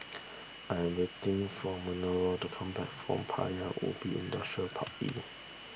I am waiting for Manerva to come back from Paya Ubi Industrial Park E